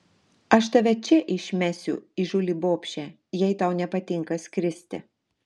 aš tave čia išmesiu įžūli bobše jei tau nepatinka skristi